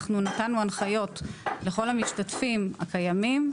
אנחנו נתנו הנחיות לכל המשתתפים הקיימים,